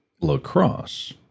lacrosse